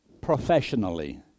professionally